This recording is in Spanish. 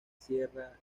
sierra